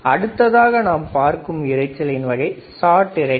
அடுத்ததாக நாம் பார்க்கும் இரைச்சலின் வகை ஷாட் இரைச்சல்